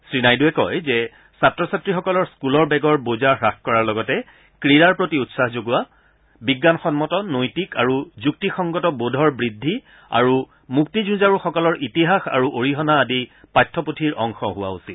শ্ৰীনাইডূৱে কয় যে ছাত্ৰ ছাত্ৰীসকলৰ স্ফুল বেগৰ বোজা হাস কৰাৰ লগতে ক্ৰীড়াৰ প্ৰতি উৎসাহ যোগোৱা বিজ্ঞানসন্মত নৈতিক আৰু যুক্তিসংগত বোধৰ বৃদ্ধি আৰু মুক্তি যুঁজাৰুসকলৰ ইতিহাস আৰু অৰিহণা আদি পাঠ্যপুথিৰ অংশ হোৱা উচিত